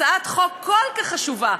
הצעת חוק כל כך חשובה.